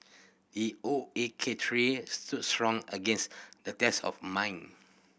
the O A K tree stood strong against the test of mine